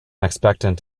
expectant